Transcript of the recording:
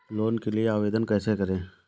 Loan के लिए आवेदन कैसे करें?